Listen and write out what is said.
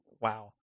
Wow